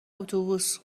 اتوبوس